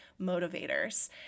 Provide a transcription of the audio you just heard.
motivators